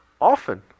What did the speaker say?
often